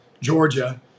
Georgia